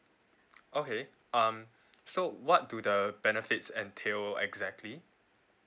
okay um so what do the benefits entail exactly